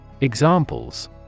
Examples